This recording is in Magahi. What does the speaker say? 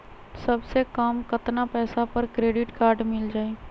सबसे कम कतना पैसा पर क्रेडिट काड मिल जाई?